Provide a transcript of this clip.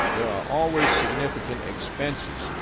there are always significant expenses,